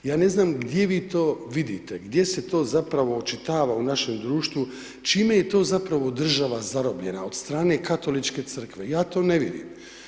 Ja ne znam gdje vi to vidite, gdje se to zapravo očitava u našem društvu, čime je to zapravo država zarobljena od strane Katoličke crkve, ja to ne vidim.